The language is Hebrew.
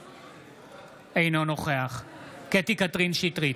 אינו נוכח קטי קטרין שטרית,